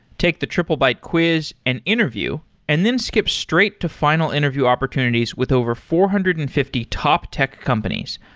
take the triplebyte quiz and interview and then skip straight to final interview opportunities with over four hundred and fifty top tech companies,